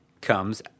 comes